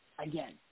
Again